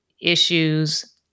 issues